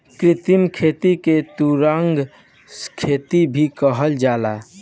कृत्रिम खेती के सुरंग खेती भी कहल जाला